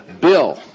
Bill